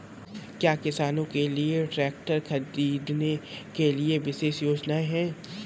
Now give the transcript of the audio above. क्या किसानों के लिए ट्रैक्टर खरीदने के लिए विशेष योजनाएं हैं?